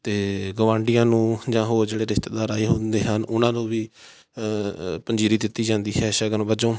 ਅਤੇ ਗੁਆਢੀਆਂ ਨੂੰ ਜਾਂ ਹੋਰ ਜਿਹੜੇ ਰਿਸ਼ਤੇਦਾਰ ਆਏ ਹੁੰਦੇ ਹਨ ਉਹਨਾਂ ਨੂੰ ਵੀ ਪੰਜੀਰੀ ਦਿੱਤੀ ਜਾਂਦੀ ਹੈ ਸ਼ਗਨ ਵਜੋਂ